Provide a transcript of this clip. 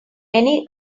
many